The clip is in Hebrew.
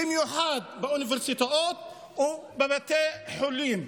במיוחד באוניברסיטאות ובבתי חולים.